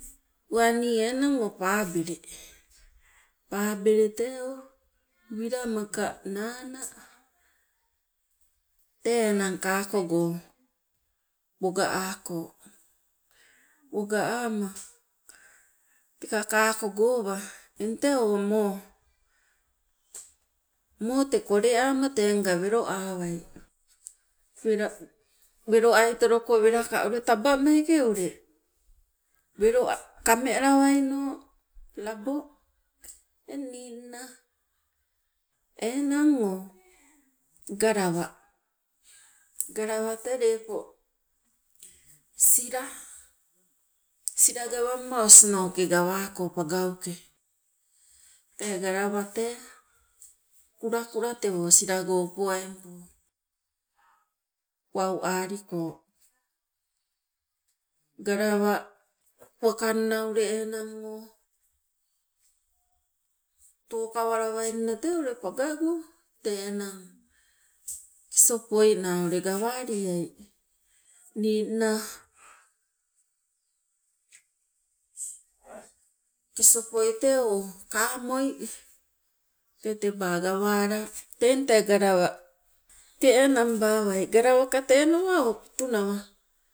Uwani enang o pabele, pabele tee o wila maka nana tee enang kakogo woga ako. Woga ama teka kakogowa eng tee o moo, moo te kole ama tenga welo awai wela weloaitoloko welaka ule taba meeke ule welo kame alawaino labo. Eng ningna enang o galawa, galawa tee lepo sila, sila gawamma osinoke gawako pangauke, tee galawa tee kulakula tewo silago upowaingpo wau aliko. Galawa wakanna ule enang o tokawalawainna tee ule pagago tee enang kesopoi naa ule gawaliai ningna kesopoi tee o kamoi tee teba gawala eng tee galawa te enang bawai, galawaka tenawa o pitu nawa